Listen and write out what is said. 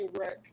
wreck